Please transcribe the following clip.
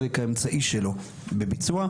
החלק האמצעי שלו בביצוע.